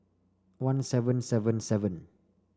one seven seven seven